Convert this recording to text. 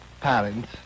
parents